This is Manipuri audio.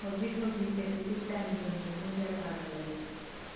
ꯍꯧꯖꯤꯛ ꯍꯧꯖꯤꯛ ꯄꯦꯁꯤꯐꯤꯛ ꯇꯥꯏꯝ ꯖꯣꯟꯗ ꯄꯨꯡ ꯀꯌꯥ ꯇꯥꯔꯕꯒꯦ